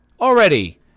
already